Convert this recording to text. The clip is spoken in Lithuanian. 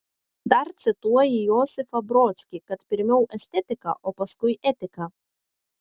dar cituoji josifą brodskį kad pirmiau estetika o paskui etika